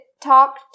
talk